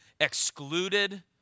excluded